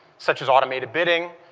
such as automated bidding,